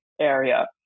area